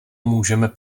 můžeme